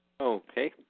Okay